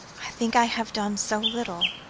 i think i have done so little,